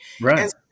Right